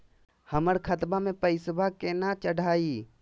हमर खतवा मे पैसवा केना चढाई?